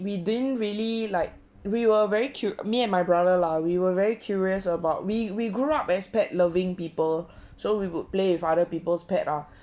we didn't really like we were very cute me and my brother lah we were very curious about we we grew up as pet loving people so we would play with other people's pet ah